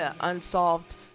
unsolved